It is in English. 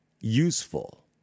useful